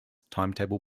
timetable